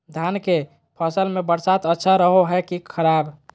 धान के फसल में बरसात अच्छा रहो है कि खराब?